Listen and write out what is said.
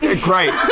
Great